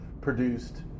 produced